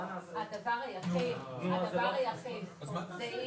אל תגבילו את עצמכם עכשיו בחקיקה ומצב שני